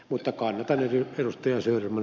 mutta kannatan ed